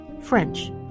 French